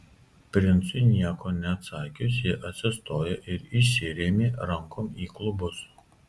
princui nieko neatsakius ji atsistojo ir įsirėmė rankom į klubus